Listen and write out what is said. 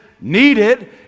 needed